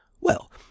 Well